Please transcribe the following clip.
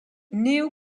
néo